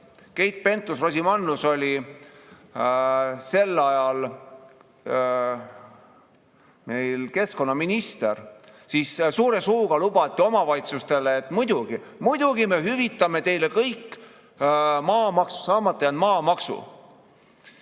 Keit Pentus-Rosimannus oli sel ajal keskkonnaminister, siis suure suuga lubati omavalitsustele, et muidugi me hüvitame teile kogu saamata jääva maamaksu.